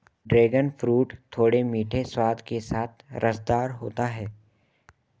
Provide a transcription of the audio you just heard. dragon fruit थोड़े मीठे स्वाद के साथ रसदार होता है